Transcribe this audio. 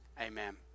amen